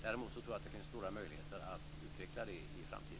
Däremot tror jag att det finns stora möjligheter att utveckla det i framtiden.